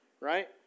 Right